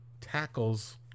tackles